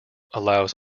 allows